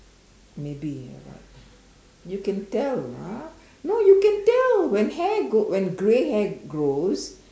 maybe you are right you can tell ah no you can tell when hair when grey hair grows